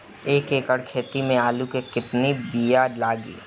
एक एकड़ खेती में आलू के कितनी विया लागी?